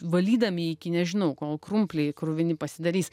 valydami iki nežinau kol krumpliai kruvini pasidarys